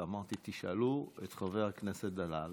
ואמרתי: תשאלו את חבר הכנסת דלל.